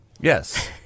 Yes